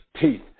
teeth